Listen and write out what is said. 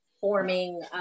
forming